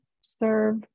serve